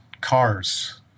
cars